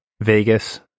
Vegas